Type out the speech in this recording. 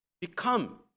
become